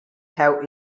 have